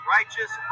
Righteous